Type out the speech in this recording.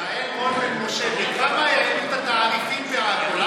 יעל רון בן משה, בכמה העלו את התעריפים בעכו?